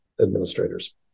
administrators